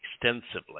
extensively